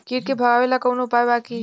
कीट के भगावेला कवनो उपाय बा की?